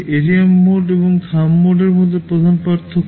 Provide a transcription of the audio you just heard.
এটি RM mode এবং thumb মোডের মধ্যে প্রধান পার্থক্য